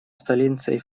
столицей